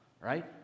Right